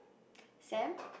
Sam